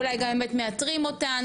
אולי גם האמת מאתרים אותן,